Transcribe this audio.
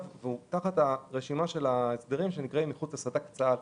והוא תחת רשימת ההסדרים של הצבות מחוץ לסד"כ צה"ל.